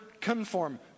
conform